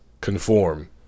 conform